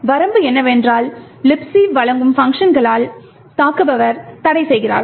வரம்பு என்னவென்றால் Libc வழங்கும் பங்க்ஷன்களால் தாக்குபவர் தடைசெய்கிறார்